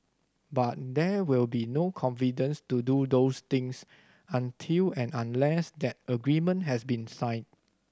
but there will be no confidence to do those things until and unless that agreement has been signed